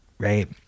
Right